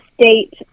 state